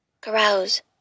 Carouse